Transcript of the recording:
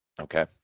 Okay